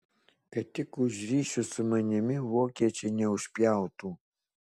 kad tik už ryšius su manimi vokiečiai neužpjautų